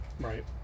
right